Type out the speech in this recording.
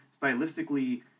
stylistically